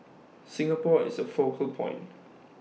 Singapore is A focal point